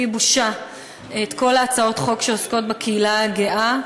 בושה את כל הצעות החוק שעוסקות בקהילה הגאה,